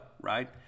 right